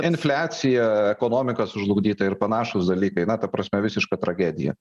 infliacija ekonomika sužlugdyta ir panašūs dalykai na ta prasme visiška tragedija